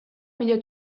millor